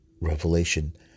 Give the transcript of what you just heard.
Revelation